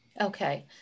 Okay